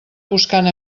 buscant